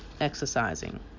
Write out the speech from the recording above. exercising